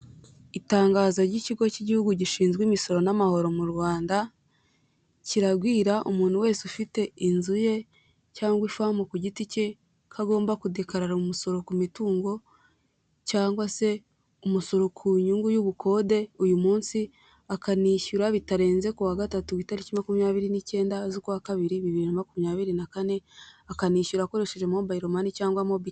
Itangazo ry'ikigo cy'igihugu gishinzwe imisoro n'amahoro mu Rwanda, kirabwira umuntu wese ufite inzu ye cyangwa ifamu ku giti cye, ko agomba kudekarara umusoro ku mitungo cyangwa se umusoro ku nyungu y'ubukode uyu munsi, akanishyura bitarenze kuwa gatatu ku itariki makumyabiri n'icyenda z'ukwa kabiri bibiri na makumyabiri na kane, akanishyura akoresheje mobile money cyangwa mobi.